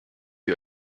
wie